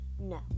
No